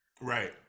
right